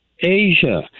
Asia